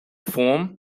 form